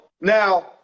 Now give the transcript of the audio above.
now